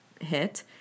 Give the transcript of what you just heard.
hit